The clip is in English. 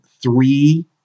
three